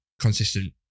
consistent